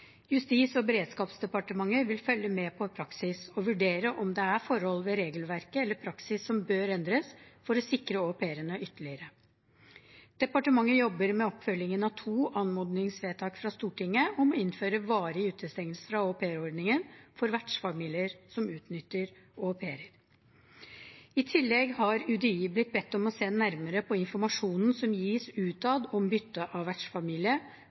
Justis- og beredskapsdepartementet vil følge med på praksis og vurdere om det er forhold ved regelverket eller praksisen som bør endres for å sikre au pairene ytterligere. Departementet jobber med oppfølgingen av to anmodningsvedtak fra Stortinget om å innføre varig utestengelse fra aupairordningen for vertsfamilier som utnytter aupairer. I tillegg har UDI blitt bedt om å se nærmere på informasjonen som gis utad om bytte av vertsfamilie,